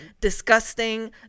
disgusting